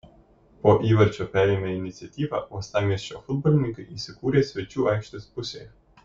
po įvarčio perėmę iniciatyvą uostamiesčio futbolininkai įsikūrė svečių aikštės pusėje